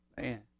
man